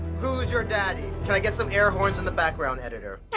who's your daddy? can i get some airhorns in the background, editor?